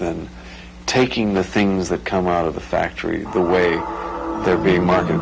than taking the things that come out of the factory the way they're being market